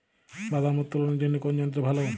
বাদাম উত্তোলনের জন্য কোন যন্ত্র ভালো?